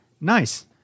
Nice